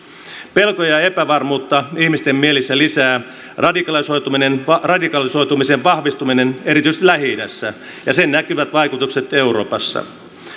pelkoja ja epävarmuutta ihmisten mielissä lisäävät radikalisoitumisen radikalisoitumisen vahvistuminen erityisesti lähi idässä ja sen näkyvät vaikutukset euroopassa